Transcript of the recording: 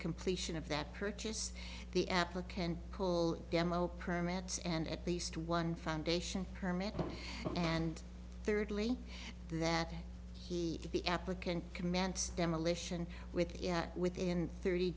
completion of that purchase the applicant pool demo permits and at least one foundation permit and thirdly that he the applicant commence demolition with yeah within thirty